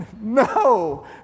No